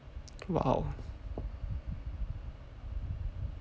wow